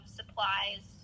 supplies